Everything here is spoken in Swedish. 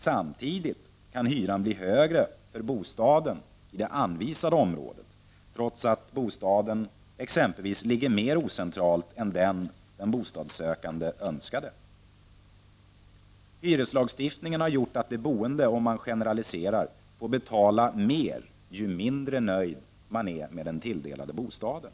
Samtidigt kan hyran bli högre för bostaden i det anvisade området, trots att bostaden exempelvis ligger mindre centralt än vad den den bostadssökande önskade. Hyreslagstiftningen har gjort att de boende, om man nu generaliserar, får betala mer ju mindre nöjda de är med den tilldelade bostaden.